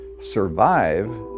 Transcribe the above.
survive